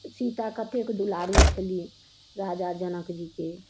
सीता कतेक दुलारू छली राजा जनक जीके